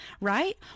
right